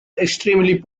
extremely